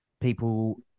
people